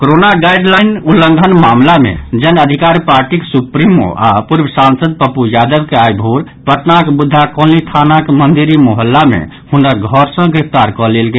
corona guide लाईनक उल्लंघन मामिला मे जन अधिकार पार्टीक सुप्रीमो आ पूर्व सांसद पप्पू यादव के आई भोर पटनाक बुद्धा कॉलनी थानाक मंदिरी मोहल्लाक मे हुनक घर सँ गिरफ्तार कऽ लेल गेल